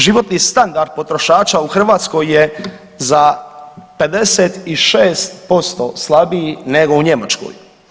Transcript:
Životni standard potrošača u Hrvatskoj je za 56% slabiji nego u Njemačkoj.